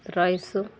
rice